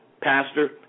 pastor